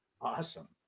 Awesome